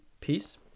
Peace